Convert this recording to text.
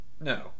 No